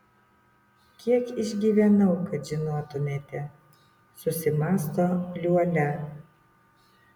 kiek išgyvenau kad žinotumėte susimąsto liuolia